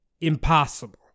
impossible